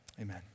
Amen